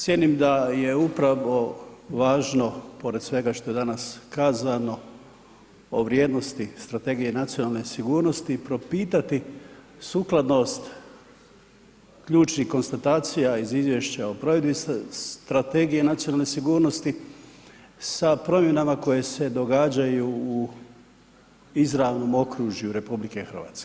Cijenim da je upravo važno pored svega što je danas kazano o vrijednosti Strategije nacionalne sigurnosti propitati sukladnost ključnih konstatacija iz izvješća o provedbi Strategije nacionalne sigurnosti sa promjenama koje se događaju u izravnom okružju RH.